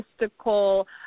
mystical